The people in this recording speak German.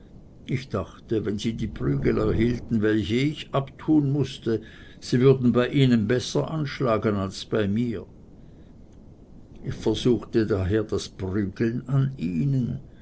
ich dachte wenn sie die prügel erhielten welche ich abtun müßte sie würden bei ihnen besser anschlagen als bei mir ich versuchte daher das prügeln an ihnen